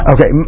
Okay